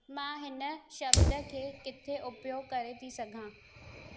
मां हिन शब्द खे किथे उपयोगु करे थी सघां